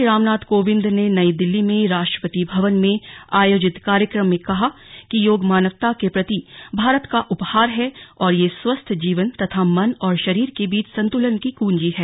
राष्ट्रपति रामनाथ कोविंद ने नई दिल्लीज में राष्ट्रपति भवन में आयोजित कार्यक्रम में कहा कि योग मानवता के प्रति भारत का उपहार है और यह स्वस्थ जीवन तथा मन और शरीर के बीच संतुलन की कृंजी है